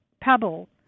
pebble